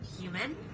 human